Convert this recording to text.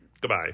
Goodbye